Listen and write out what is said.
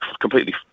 completely